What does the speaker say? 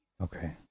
okay